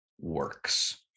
works